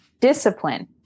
discipline